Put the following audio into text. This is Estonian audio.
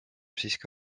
siiski